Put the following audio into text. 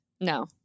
no